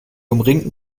umringten